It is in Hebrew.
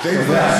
טוב ששאלתי אותה.